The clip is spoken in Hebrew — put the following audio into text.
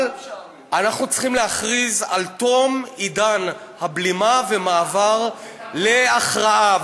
אבל אנחנו צריכים להכריז על תום עידן הבלימה ומעבר להכרעה.